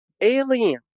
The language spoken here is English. alien